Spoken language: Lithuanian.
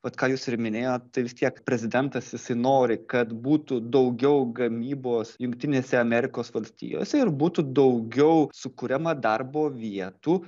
vat ką jūs ir minėjot tai vis tiek prezidentas jisai nori kad būtų daugiau gamybos jungtinėse amerikos valstijose ir būtų daugiau sukuriama darbo vietų